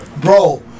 bro